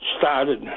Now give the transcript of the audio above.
started